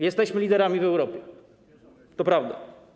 Jesteśmy liderami w Europie, to prawda.